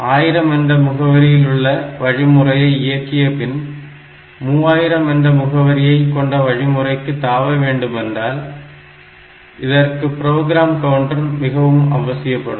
1000 என்ற முகவரியில் உள்ள வழிமுறையை இயக்கிய பின் 3000 என்ற முகவரியை கொண்ட வழிமுறைக்கு தாவ வேண்டுமென்றால் இதற்கு ப்ரோக்ராம் கவுண்டர் மிகவும் அவசியப்படும்